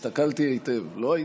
הסתכלתי היטב, לא היית.